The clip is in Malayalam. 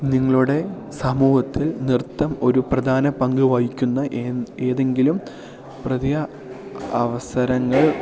നിങ്ങളുടെ സമൂഹത്തിൽ നൃത്തം ഒരു പ്രധാന പങ്ക് വഹിക്കുന്ന ഏതെങ്കിലും പ്രതിയ അവസരങ്ങൾ